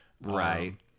Right